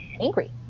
angry